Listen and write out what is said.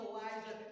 Elijah